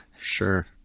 sure